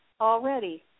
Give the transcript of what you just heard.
Already